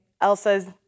Elsa's